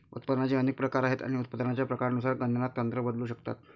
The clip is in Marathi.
उत्पादनाचे अनेक प्रकार आहेत आणि उत्पादनाच्या प्रकारानुसार गणना तंत्र बदलू शकतात